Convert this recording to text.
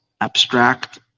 abstract